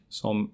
som